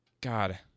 God